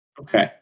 Okay